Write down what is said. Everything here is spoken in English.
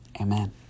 amen